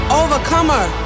overcomer